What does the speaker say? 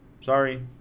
sorry